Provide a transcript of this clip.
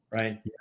right